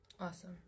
Awesome